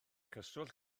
cyswllt